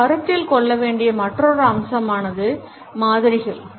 நாம் கருத்தில் கொள்ள வேண்டிய மற்றொரு அம்சமானது மாதிரிகள்